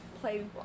play